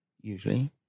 usually